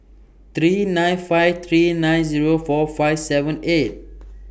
three nine five three nine Zero four five seven eight